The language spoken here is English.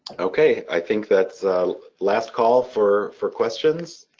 okay, i think that's last call for for questions.